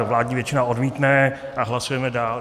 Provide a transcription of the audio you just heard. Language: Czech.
Vládní většina odmítne a hlasujeme dál.